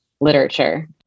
literature